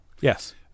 Yes